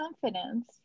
confidence